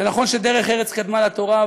זה נכון שדרך ארץ קדמה לתורה,